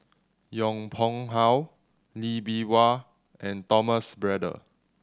Yong Pung How Lee Bee Wah and Thomas Braddell